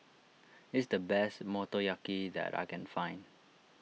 is the best Motoyaki that I can find